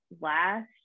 last